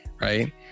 right